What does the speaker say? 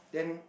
then